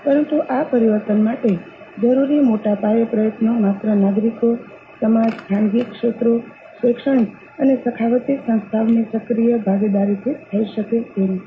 પરંતુ આ પરીવર્તન માટે જરૂરી મોટા પાયે પ્રયત્નો માત્ર નાગરિક સમાજ ખાનગી ક્ષેત્રો શૈક્ષણિક અને સખાવતી સંસ્થાઓની સક્રિય ભાગીદારીથી જ થઇ શકે તેમ છે